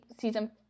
season